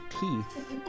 teeth